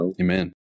Amen